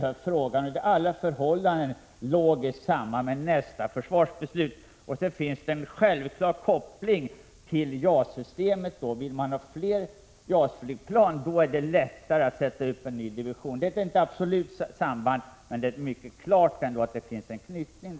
Frågan hänger under alla förhållanden logiskt samman med nästa försvarsbeslut. Det finns också en koppling till JAS-systemet. Det är inte ett absolut samband, men det finns en klar anknytning.